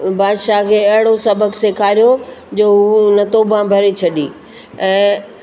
बादशा खे अहिड़ो सबक सेखारियो जो हू हुन तोबा भरे छॾी